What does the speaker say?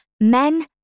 Men